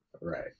Right